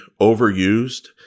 overused